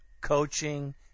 coaching